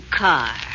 car